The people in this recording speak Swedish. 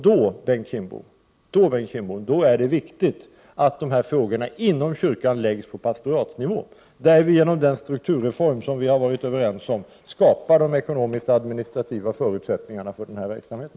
Då, Bengt Kindbom, är det viktigt att de här frågorna inom kyrkan läggs på pastoratsnivå, där vi genom den strukturreform som vi har varit överens om skapar de ekonomisk-administrativa förutsättningarna för verksamheten.